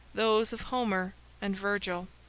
those of homer and virgil.